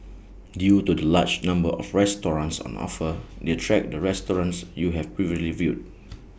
due to the large number of restaurants on offer they track the restaurants you have previously viewed